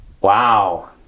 wow